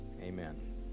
Amen